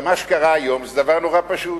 אלא מה שקרה היום זה דבר נורא פשוט.